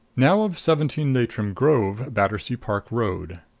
now of seventeen leitrim grove, battersea park road.